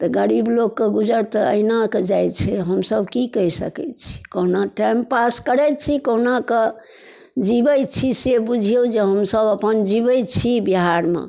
तऽ गरीब लोक कऽ गुजर तऽ अहिनाके जाइत छै हमसब की कहि सकैत छी कहुना टाइम पास करैत छी कहुना कऽ जीबैत छी से बुझिऔ जे हमसब अपन जीबैत छी बिहारमे